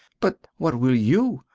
but what will you?